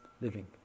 living